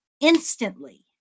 instantly